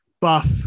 buff